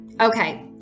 Okay